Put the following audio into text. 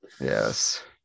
Yes